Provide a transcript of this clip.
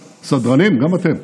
סדרנים, גם אתם.